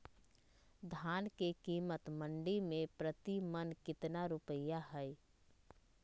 धान के कीमत मंडी में प्रति मन कितना रुपया हाय?